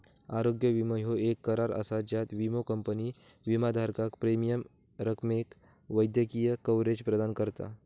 आरोग्य विमो ह्यो येक करार असा ज्यात विमो कंपनी विमाधारकाक प्रीमियम रकमेक वैद्यकीय कव्हरेज प्रदान करता